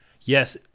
Yes